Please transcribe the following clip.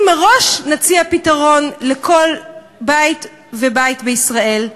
אם מראש נציע פתרון לכל בית ובית בישראל,